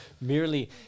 merely